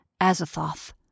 Azathoth